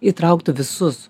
įtrauktų visus